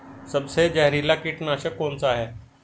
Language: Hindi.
सबसे जहरीला कीटनाशक कौन सा है?